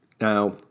Now